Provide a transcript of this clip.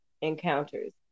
encounters